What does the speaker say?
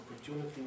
opportunity